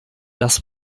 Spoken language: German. das